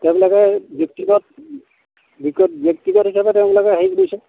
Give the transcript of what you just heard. ব্যক্তিগত ব্যক্তিগত হিচাপে তেওঁলোকে হেৰি কৰিছে